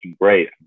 great